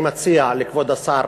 אני מציע לכבוד השר